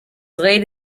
late